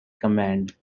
command